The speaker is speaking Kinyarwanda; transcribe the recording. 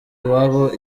iwabo